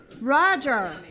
Roger